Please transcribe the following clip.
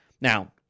Now